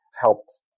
helped